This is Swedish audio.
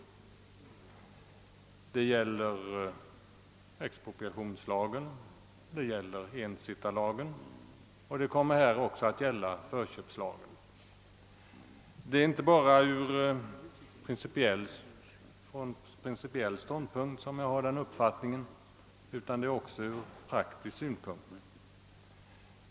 Så är fallet i fråga om expropriationslagen, ensittarlagen och även i fråga om den nya förköpslagen. Det är inte bara från principiell ståndpunkt som jag vill göra invändningar, utan det finns också en praktisk synpunkt.